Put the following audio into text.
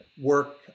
work